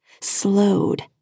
slowed